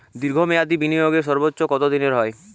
দীর্ঘ মেয়াদি বিনিয়োগের সর্বোচ্চ কত দিনের হয়?